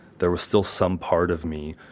there was still some part of me,